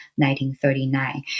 1939